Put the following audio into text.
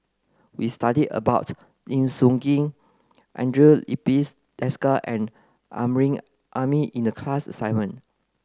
we studied about Lim Sun Gee Andre Filipe Desker and Amrin Amin in the class assignment